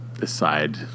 decide